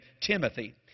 Timothy